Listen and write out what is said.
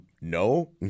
No